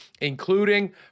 including